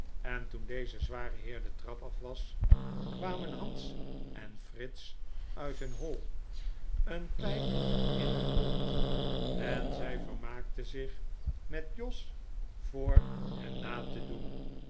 en toen deze zware heer de trap af was kwamen hans en fritz uit hun hoi een pijp in hun mond en zij vermaakte zich met jos voor hen na te doen